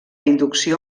inducció